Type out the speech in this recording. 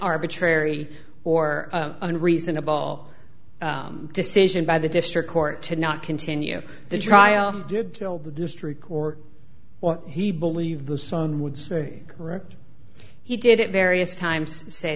arbitrary or and reasonable decision by the district court to not continue the trial did till the district court well he believed the son would say correct he did at various times say